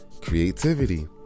creativity